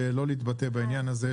לא להתבטא בעניין הזה.